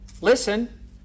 listen